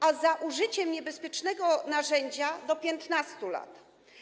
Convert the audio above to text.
a za użycie niebezpiecznego narzędzia - do 15 lat.